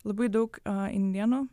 labai daug indėnų